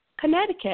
Connecticut